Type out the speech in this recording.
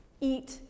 Eat